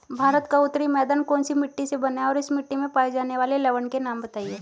भारत का उत्तरी मैदान कौनसी मिट्टी से बना है और इस मिट्टी में पाए जाने वाले लवण के नाम बताइए?